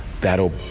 that'll